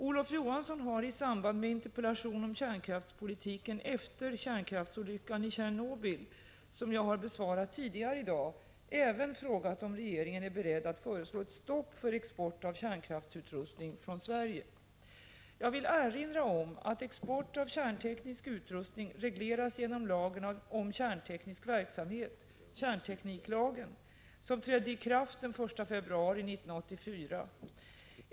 Olof Johansson har, i samband med interpellation om kärnkraftspolitiken efter kärnkraftsolyckan i Tjernobyl som jag har besvarat tidigare i dag, även frågat om regeringen är beredd att föreslå ett Jag vill erinra om att export av kärnteknisk utrustning regleras genom lagen om kärnteknisk verksamhet , som trädde i kraft den 1 februari 1984.